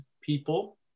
people